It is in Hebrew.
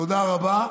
תודה רבה.